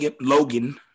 Logan